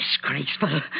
disgraceful